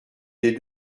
des